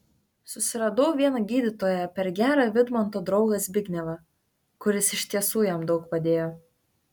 susiradau vieną gydytoją per gerą vidmanto draugą zbignevą kuris iš tiesų jam daug padėjo